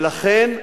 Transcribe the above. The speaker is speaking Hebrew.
ולכן,